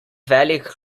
velik